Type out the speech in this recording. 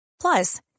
Plus